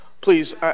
please